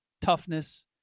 toughness